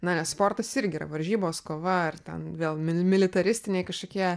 na nes sportas irgi yra varžybos kova ar ten vėl mili militaristiniai kažkokie